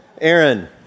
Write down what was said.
Aaron